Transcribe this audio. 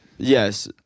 Yes